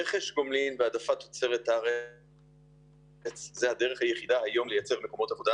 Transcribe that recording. רכש גומלין והעדפת תוצרת הארץ הם הדרך היחידה היום לייצר מקומות עבודה